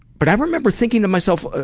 but i remember thinking to myself,